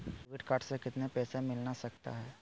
Debit card से कितने पैसे मिलना सकता हैं?